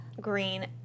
green